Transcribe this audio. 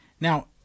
Now